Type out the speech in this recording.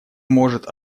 может